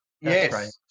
yes